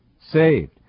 saved